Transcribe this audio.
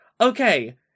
Okay